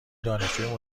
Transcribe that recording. دانشجوی